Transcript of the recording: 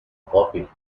coffee